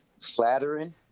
flattering